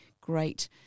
great